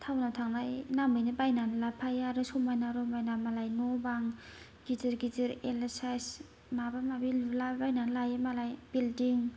टाउनाव थांनाय नामैनो बायनानै लाबोफायो आरो समायना रमायना मालाय न' बां गिदिर गिदिर एल साइज माबा माबि लुलाबायनानै लायो मालाय बिल्डिं